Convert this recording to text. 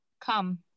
Come